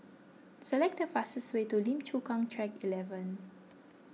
select the fastest way to Lim Chu Kang Track eleven